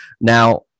now